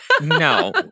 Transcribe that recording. No